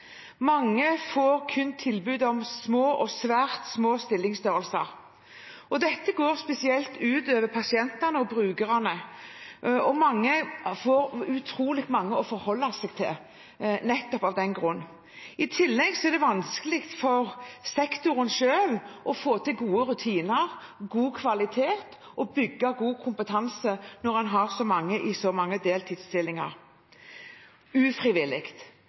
ut over pasientene og brukerne. Mange av dem får utrolig mange folk å forholde seg til nettopp av den grunn. I tillegg er det vanskelig for sektoren selv å få til gode rutiner og god kvalitet og å bygge god kompetanse når man har så mange ansatte i ufrivillige deltidsstillinger.